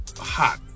hot